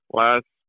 last